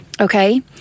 Okay